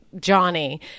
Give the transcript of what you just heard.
Johnny